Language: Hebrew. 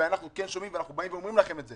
אנחנו כן שומעים ואנחנו באים ואומרים לכם,